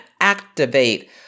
activate